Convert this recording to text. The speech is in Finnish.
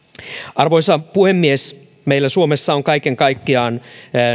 arvoisa puhemies meillä suomessa on kaiken kaikkiaan